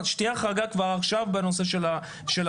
שתהיה החרגה כבר עכשיו בנושא ההכנות.